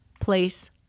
place